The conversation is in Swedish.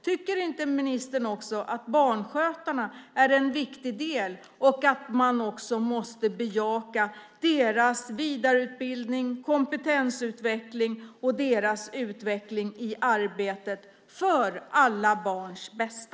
Tycker inte ministern att barnskötarna är en viktig del och att man måste bejaka deras vidareutbildning, kompetensutveckling och deras utveckling i arbetet för alla barns bästa?